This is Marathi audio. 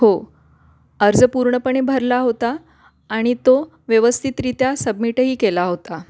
हो अर्ज पूर्णपणे भरला होता आणि तो व्यवस्थितरित्या सबमिटही केला होता